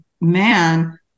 man